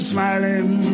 smiling